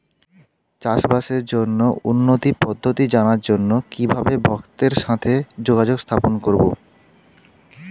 চাষবাসের জন্য উন্নতি পদ্ধতি জানার জন্য কিভাবে ভক্তের সাথে যোগাযোগ স্থাপন করব?